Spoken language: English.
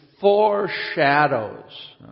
foreshadows